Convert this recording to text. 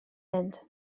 mynd